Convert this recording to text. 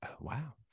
Wow